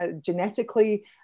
genetically